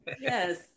Yes